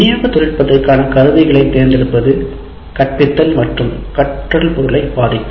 விநியோக தொழில்நுட்பத்திற்கான கருவிகளை தேர்ந்தெடுப்பது கற்பித்தல் மற்றும் கற்றல் பொருளை பாதிக்கும்